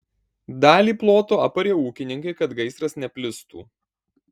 dalį ploto aparė ūkininkai kad gaisras neplistų